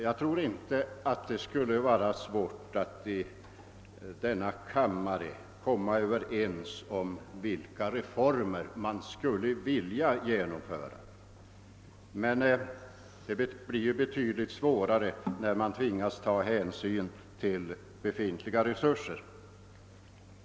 Jag tror inte det skulle vara svårt att i denna kammare komma överens om vilka reformer man skulle vilja genomföra, men det blir betydligt svårare när man tvingas att ta hänsyn till befintliga resurser.